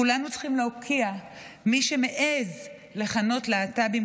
כולנו צריכים להוקיע את מי שמעז לכנות להט"בים